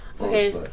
Okay